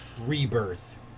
Rebirth